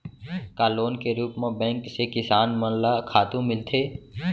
का लोन के रूप मा बैंक से किसान मन ला खातू मिलथे?